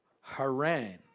Haran